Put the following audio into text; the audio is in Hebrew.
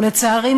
ולצערי,